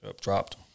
Dropped